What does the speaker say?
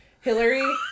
Hillary